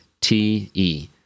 T-E